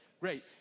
Great